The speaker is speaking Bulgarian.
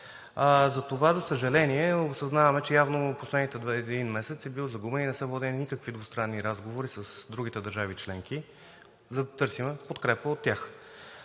Затова, за съжаление, осъзнаваме, че явно последният един месец е бил загубен и не са водени никакви двустранни разговори с другите държави членки, за да търсим подкрепа от тях.